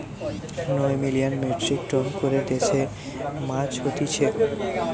নয় million metric ton করে দেশে মাছ হতিছে